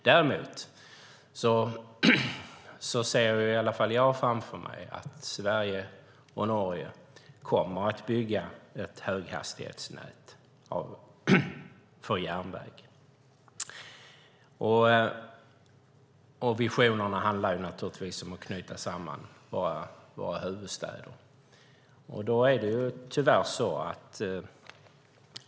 Däremot ser i alla fall jag framför mig att Sverige och Norge kommer att bygga ett höghastighetsnät för järnväg. Visionerna handlar naturligtvis om att knyta samman våra huvudstäder.